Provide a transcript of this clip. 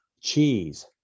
cheese